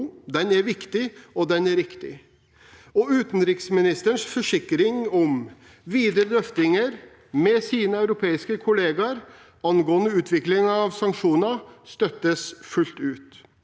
er viktig og riktig. Utenriksministerens forsikring om videre drøftinger med sine europeiske kollegaer angående utvikling av sanksjoner, støttes fullt ut.